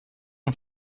und